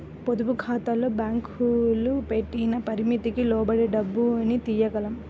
పొదుపుఖాతాల్లో బ్యేంకులు పెట్టిన పరిమితికి లోబడే డబ్బుని తియ్యగలం